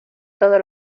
todo